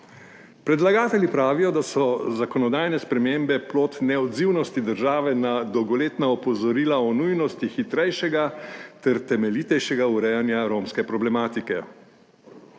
Predlagatelji pravijo, da so zakonodajne spremembe plod neodzivnosti države na dolgoletna opozorila o nujnosti hitrejšega ter temeljitejšega urejanja romske problematike.